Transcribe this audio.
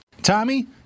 Tommy